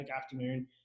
afternoon